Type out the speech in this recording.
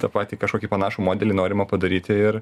tą patį kažkokį panašų modelį norima padaryti ir